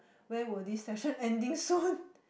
where will this session ending soon